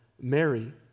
Mary